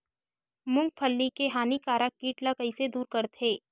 मूंगफली के हानिकारक कीट ला कइसे दूर करथे?